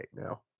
now